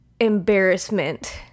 embarrassment